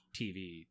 TV